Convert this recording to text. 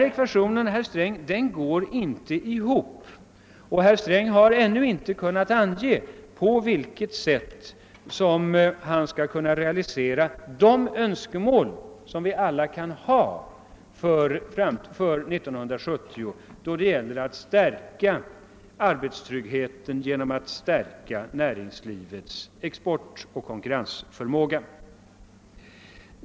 Ekvationen, herr Sträng, går alltså inte ihop. Herr Sträng har ännu inte kunnat ange på vilket sätt han skall kunna realisera de önskemål som vi alla kan ha för år 1970 då det gäller att stärka arbetstryggheten genom att stärka näringslivets exportoch konkurrensförmåga.